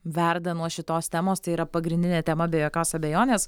verda nuo šitos temos tai yra pagrindinė tema be jokios abejonės